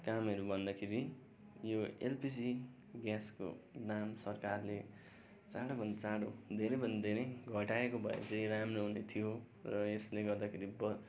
कामहरू भन्दाखेरि यो एलपिजी ग्यासको दाम सरकारले चाँडो भन्दा चाँडो धेरै भन्दा धेरै घटाएको भए चाहिँ राम्रो हुने थियो र यसले गर्दाखेरि ब